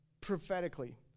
Prophetically